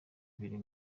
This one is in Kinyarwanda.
ibiri